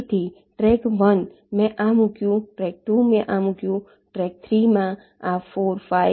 તેથી ટ્રૅક 1 મેં આ મૂક્યું ટ્રૅક 2 મેં આ મૂક્યું ટ્રૅક 3માં આ 4 5